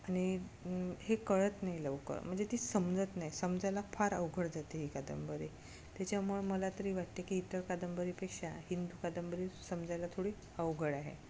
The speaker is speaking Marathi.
आणि हे कळत नाही लवकर म्हणजे ती समजत नाही समजायला फार अवघड जाते ही कादंबरी त्याच्यामुळं मला तरी वाटते की इतर कादंबरीपेक्षा हिंदू कादंबरी समजायला थोडी अवघड आहे